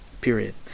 Period